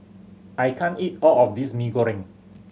I can't eat all of this Mee Goreng